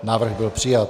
Návrh byl přijat.